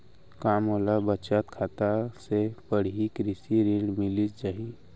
का मोला बचत खाता से पड़ही कृषि ऋण मिलिस जाही?